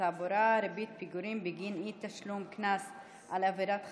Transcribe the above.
התעבורה (ריבית פיגורים בגין אי-תשלום קנס על עבירת חניה),